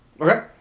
Okay